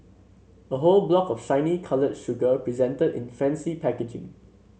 a whole block of shiny coloured sugar presented in fancy packaging